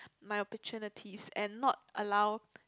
my opportunities and not allow